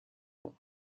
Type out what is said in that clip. long